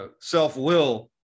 self-will